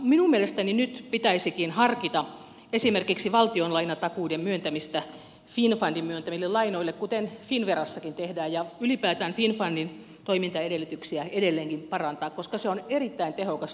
minun mielestäni nyt pitäisikin harkita esimerkiksi valtionlainatakuiden myöntämistä finnfundin myöntämille lainoille kuten finnverassakin tehdään ja ylipäätään finnfundin toimintaedellytyksiä edelleenkin parantaa koska se on erittäin tehokas työkalu kehitysyhteistyössä